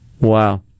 Wow